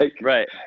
Right